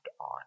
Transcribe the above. on